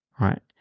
right